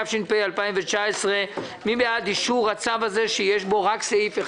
התש"ף 2019. מי בעד אישור הצו הזה שיש בו רק סעיף אחד?